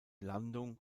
landung